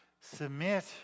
Submit